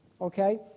okay